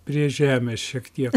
prie žemės šiek tiek